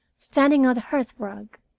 standing on the hearth rug.